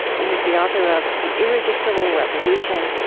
and he's the author of the irresistible revolution,